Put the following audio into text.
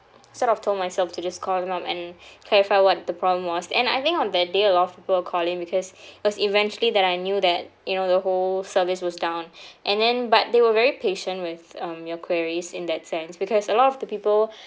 sort of told myself to just call them up and clarify what the problem was and I think on that day a lot of people were calling because cause eventually that I knew that you know the whole service was down and the but they were very patient with um your queries in that sense because a lot of the people